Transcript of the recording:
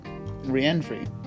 re-entry